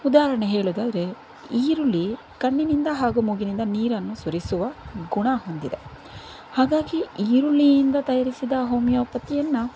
ಉದಾಹರಣೆ ಹೇಳೋದಾದ್ರೆ ಈರುಳ್ಳಿ ಕಣ್ಣಿನಿಂದ ಹಾಗೂ ಮೂಗಿನಿಂದ ನೀರನ್ನು ಸುರಿಸುವ ಗುಣ ಹೊಂದಿದೆ ಹಾಗಾಗಿ ಈರುಳ್ಳಿಯಿಂದ ತಯಾರಿಸಿದ ಹೋಮಿಯೋಪತಿಯನ್ನು